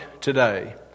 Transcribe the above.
today